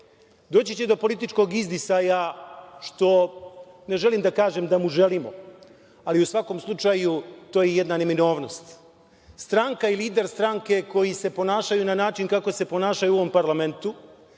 doći će do političkog izdisaja, što ne želim da kažem da mu želimo, ali u svakom slučaju, to je jedna neminovnost. Stranka i lider stranke koji se ponašaju na način kako se ponašaju u ovom parlamentu,